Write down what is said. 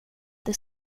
det